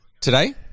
today